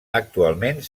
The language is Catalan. actualment